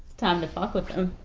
time to fuck with him.